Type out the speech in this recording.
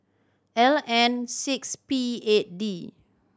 L N six P eight D